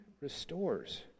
restores